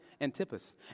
Antipas